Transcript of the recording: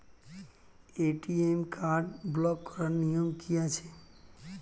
ATM card block করার নিয়ম কি আছে?